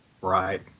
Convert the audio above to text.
Right